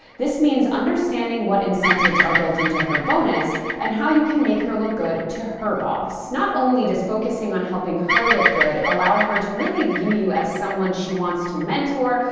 this means understanding what incentives are built into her bonus and how can make her look good to her boss. not only does focusing on helping her look good allow her to really view you as someone she wants to mentor,